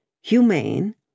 humane